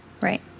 Right